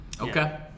Okay